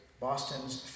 Boston's